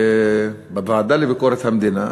בוועדה לביקורת המדינה,